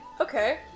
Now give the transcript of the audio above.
okay